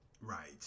Right